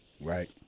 Right